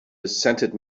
resented